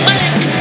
Make